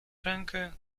rękę